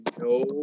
no